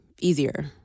easier